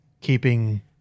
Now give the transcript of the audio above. keeping